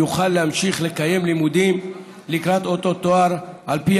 יוכל להמשיך לקיים לימודים לקראת אותו תואר על פי